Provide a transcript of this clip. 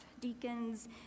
deacons